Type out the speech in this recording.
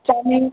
chowmein